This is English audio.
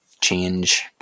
change